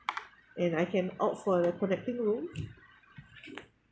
and I can opt for the connecting room